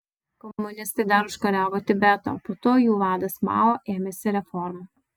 komunistai dar užkariavo tibetą o po to jų vadas mao ėmėsi reformų